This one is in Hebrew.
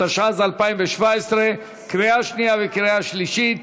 התשע"ז 2017, קריאה שנייה וקריאה שלישית.